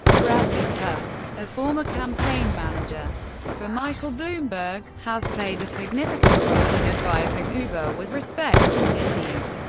bradley tusk, a former campaign manager for michael bloomberg, has played a significant role in advising uber with respect to cities.